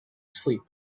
sleep